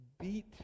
beat